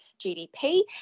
GDP